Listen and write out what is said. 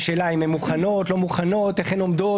השאלה אם הן מוכנות או לא מוכנות ואיך הן עומדות